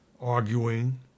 arguing